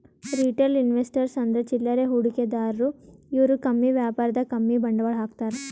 retail investors ಅಂದ್ರ ಚಿಲ್ಲರೆ ಹೂಡಿಕೆದಾರು ಇವ್ರು ಕಮ್ಮಿ ವ್ಯಾಪಾರದಾಗ್ ಕಮ್ಮಿ ಬಂಡವಾಳ್ ಹಾಕ್ತಾರ್